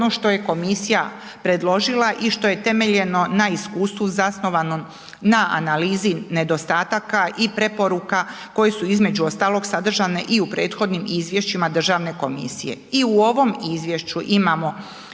ono što je komisija predložila i što je temeljeno na iskustvu zasnovanom na analizi nedostataka i preporuka koje su između ostalog sadržane i u prethodnim izvješćima državne komisije. I u ovom izvješću imamo